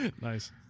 Nice